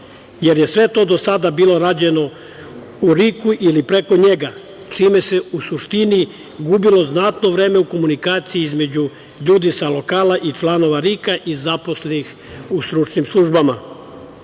jer je sve to do sada bilo rađeno u RIK-u ili preko njega, čime se u suštini gubilo znatno vreme u komunikaciji između ljudi sa lokala i članova RIK i zaposlenih u stručnim službama. Ovim